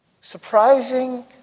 surprising